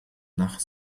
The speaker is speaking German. nach